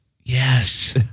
yes